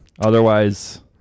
otherwise